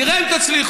נראה אם תצליחו.